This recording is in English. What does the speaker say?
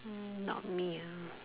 hmm not me ah